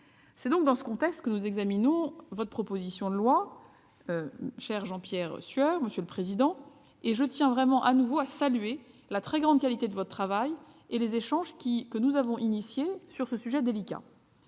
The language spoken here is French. C'est dans ce contexte que nous examinons votre proposition de loi, cher Jean-Pierre Sueur. Je tiens à saluer de nouveau la très grande qualité de votre travail et les échanges que nous avons eus sur ce sujet délicat.